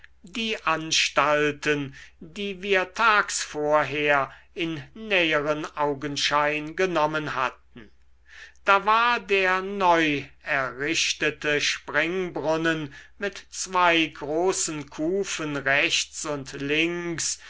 die anstalten die wir tags vorher in näheren augenschein genommen hatten da war der neuerrichtete springbrunnen mit zwei großen kufen rechts und links